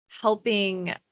helping